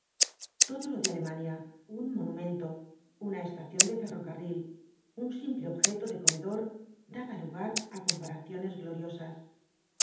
todo lo de alemania un monumento una estación de ferrocarril un simple objeto de comedor daba lugar á comparaciones gloriosas